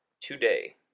today